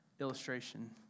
illustration